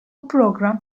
program